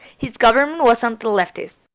his government was anti-leftist.